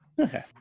Okay